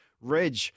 reg